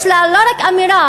יש לאישה לא רק אמירה,